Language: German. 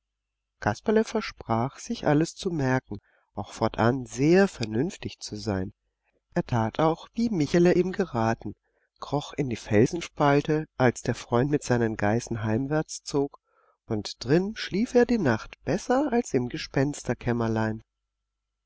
kasperle versprach sich alles zu merken auch fortan sehr vernünftig zu sein er tat auch wie michele ihm geraten kroch in die felsenspalte als der freund mit seinen geißen heimwärtszog und drin schlief er die nacht besser als im